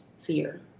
fear